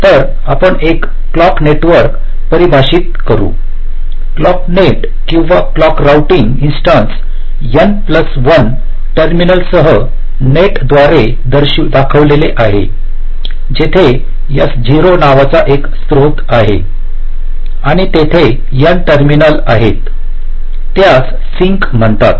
तर आपण एक क्लॉक नेटवर्क परिभाषित करू क्लॉक नेट किंवा clock routing instances n plus 1 टर्मिनलसह नेट द्वारे दाखवलेले आहे जेथे S0 नावाचा एक स्रोत आहे आणि तेथे n टर्मिनल आहेत त्यास सिंक म्हणतात